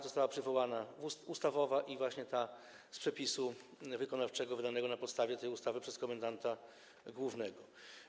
Została przywołana ustawowa podstawa prawna, właśnie ta z przepisu wykonawczego wydanego na podstawie tej ustawy przez komendanta głównego.